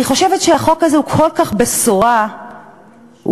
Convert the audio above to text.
אני חושבת שהחוק הזה הוא בשורה כל כך,